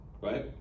right